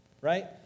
right